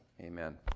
Amen